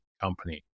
company